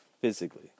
physically